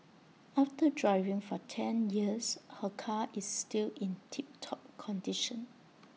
after driving for ten years her car is still in tip top condition